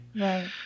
right